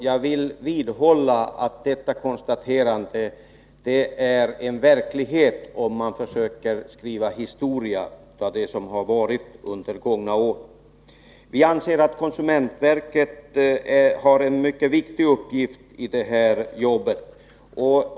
Jag vill vidhålla att detta konstaterande täcker en verklighet, som klart framgår om man försöker skriva historia av det som har hänt under gångna år. Vi anser att konsumentverket har en mycket viktig uppgift i detta sammanhang.